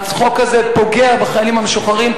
הצחוק הזה פוגע בחיילים המשוחררים,